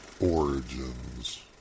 Origins